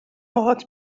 باهات